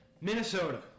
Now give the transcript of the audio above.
Minnesota